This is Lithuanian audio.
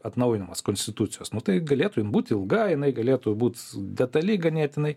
atnaujinamas konstitucijos nu tai galėtų ji būti ilga jinai galėtų būt detali ganėtinai